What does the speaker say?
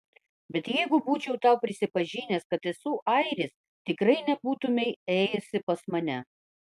bet jeigu būčiau tau prisipažinęs kad esu airis tikrai nebūtumei ėjusi pas mane